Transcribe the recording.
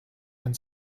and